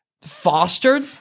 fostered